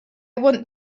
want